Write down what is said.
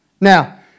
Now